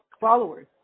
followers